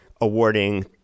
awarding